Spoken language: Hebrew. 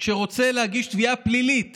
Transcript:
רוצה להגיש תביעה פלילית